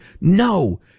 no